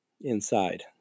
inside